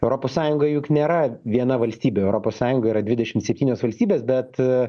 europos sąjunga juk nėra viena valstybė europos sąjungoj yra dvidešimt septynios valstybės bet